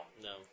No